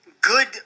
good